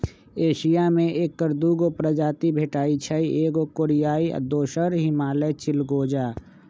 Asia में ऐकर दू गो प्रजाति भेटछइ एगो कोरियाई आ दोसर हिमालय में चिलगोजा